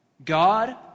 God